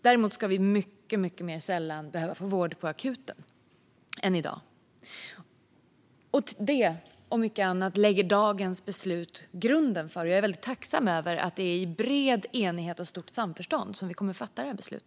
Däremot ska vi mycket mer sällan än i dag behöva få vård på akuten. Detta och mycket annat lägger dagens beslut grunden för. Jag är väldigt tacksam över att det är i bred enighet och stort samförstånd som vi kommer att fatta detta beslut.